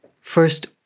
First